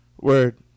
Word